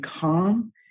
calm